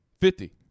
Fifty